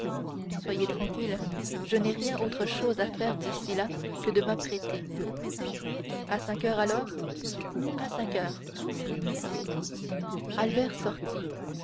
soyez tranquille je n'ai rien autre chose à faire d'ici là que de m'apprêter à cinq heures alors à cinq heures albert sortit